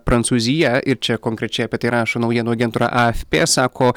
prancūzija ir čia konkrečiai apie tai rašo naujienų agentūra afp sako